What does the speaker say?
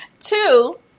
Two